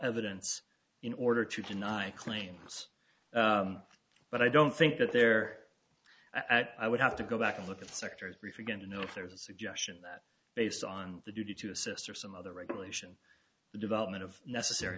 evidence in order to deny claims but i don't think that there i would have to go back and look at the sector if you're going to know if there was a suggestion that based on the duty to assess or some other regulation the development of necessary